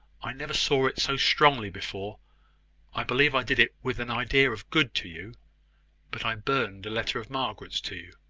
i never saw it so strongly before i believe i did it with an idea of good to you but i burned a letter of margaret's to you.